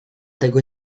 tego